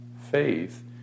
faith